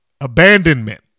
Abandonment